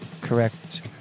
Correct